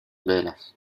velas